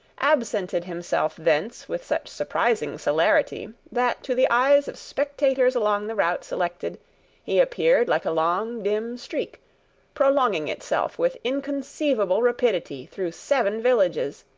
absented himself thence with such surprising celerity that to the eyes of spectators along the route selected he appeared like a long, dim streak prolonging itself with inconceivable rapidity through seven villages,